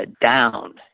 down